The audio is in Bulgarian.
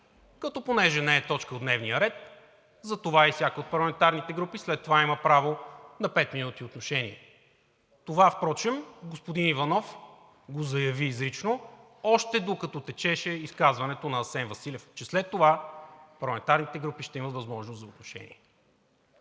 като, понеже не е точка от дневния ред, затова и всяка от парламентарните групи след това има право на 5 минути отношение. Това впрочем господин Иванов го заяви изрично, още докато течеше изказването на Асен Василев, че след това парламентарните групи ще имат възможност за отношение.